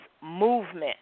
Movement